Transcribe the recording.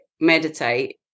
meditate